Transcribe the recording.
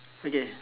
okay